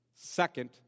Second